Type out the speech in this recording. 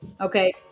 Okay